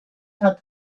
had